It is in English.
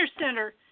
center